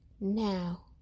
Now